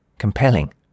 compelling